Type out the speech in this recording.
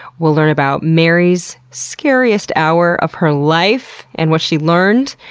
we'll learn about mary's scariest hour of her life and what she learned.